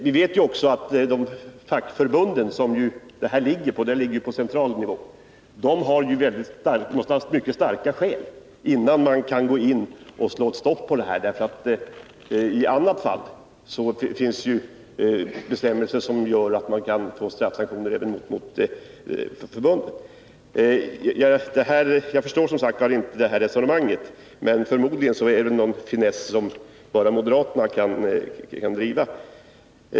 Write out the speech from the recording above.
Vi vet också att fackförbunden — detta ligger ju på central nivå — måste ha mycket starka skäl innan de kan gå in för att få ett stopp. Det finns bestämmelser som gör att man i annat fall kan få straffsanktioner även mot förbunden. Jag förstår som sagt inte detta resonemang, men förmodligen är det någon finess som bara moderaterna kan driva.